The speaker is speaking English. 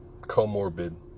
comorbid